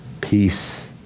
Peace